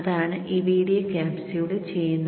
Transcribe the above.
അതാണ് ഈ വീഡിയോ ക്യാപ്സ്യൂളിൽ ചെയ്യുന്നത്